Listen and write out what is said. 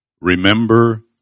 Remember